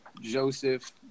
Joseph